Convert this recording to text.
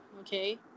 okay